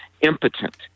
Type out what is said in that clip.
impotent